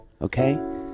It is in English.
Okay